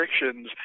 restrictions